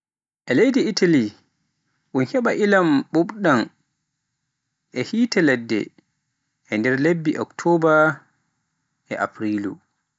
E leydi Italy un heba ilam ɓuuɓɗam e yiite ladde nder lebbi oktoba e afrilu.